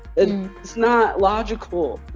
and it's not logical.